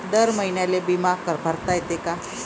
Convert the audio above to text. दर महिन्याले बिमा भरता येते का?